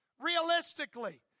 realistically